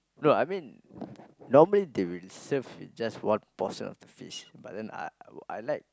no I mean normally they will serve just one portion of the fish but then uh I like